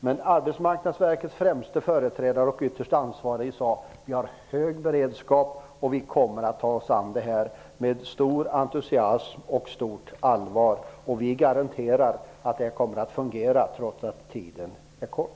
Men Arbetsmarknadsverkets främste företrädare och ytterst ansvarige i sak säger: Vi har hög beredskap, vi kommer att ta oss an detta med stor entusiasm och stort allvar, och vi garanterar att det kommer att fungera trots att tiden är knapp.